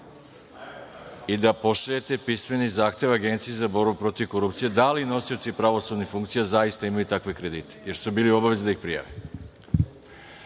i da pošaljete pismeni zahtev Agenciji za borbu protiv korupcije da li nosioci pravosudnih funkcija zaista imaju takve kredite, jer su bili u obavezi da ih prijave.